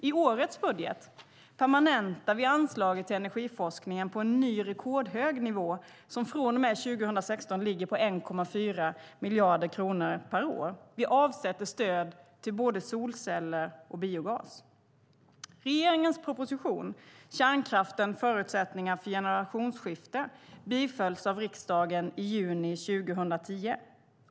I årets budget permanentar vi anslaget till energiforskningen på en ny rekordhög nivå som från och med 2016 ligger på 1,4 miljarder kronor per år. Vi avsätter stöd till både solceller och biogas. Regeringens proposition Kärnkraften - förutsättningar för generationsskifte bifölls av riksdagen i juni 2010.